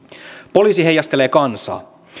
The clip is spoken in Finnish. poliisi heijastelee kansaa